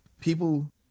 people